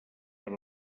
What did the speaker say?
per